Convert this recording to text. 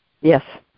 Yes